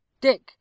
Dick